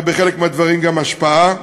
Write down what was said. ובחלק מהדברים גם השפעה.